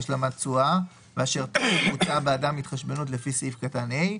השלמת תשואה ואשר טרם בוצעה בעדם התחשבנות לפי סעיף קטן (ה),